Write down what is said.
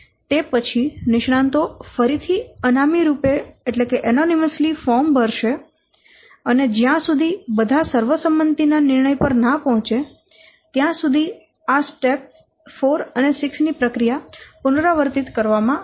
તે પછી નિષ્ણાંતો ફરીથી અનામી રૂપે ફોર્મ ભરશે અને જ્યા સુધી બધા સર્વસંમતિના નિર્ણય પર ના પહોંચે ત્યાં સુધી આ સ્ટેપ 4 અને 6 ની પ્રક્રિયા પુનરાવર્તિત કરવામાં આવશે